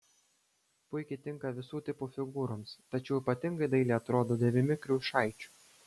puikiai tinka visų tipų figūroms tačiau ypatingai dailiai atrodo dėvimi kriaušaičių